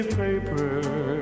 paper